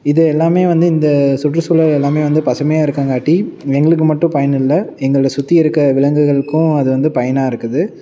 இது எல்லாம் வந்து இந்த சுற்றுசூழல் எல்லாம் வந்து பசுமையாக இருக்கங்காட்டி எங்களுக்கு மட்டும் பயனில்லை எங்களை சுற்றி இருக்க விலங்குகளுக்கும் அது வந்து பயனாக இருக்குது